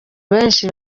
benshi